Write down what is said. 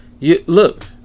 Look